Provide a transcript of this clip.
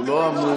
הוא לא אמור,